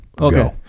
Okay